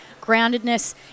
groundedness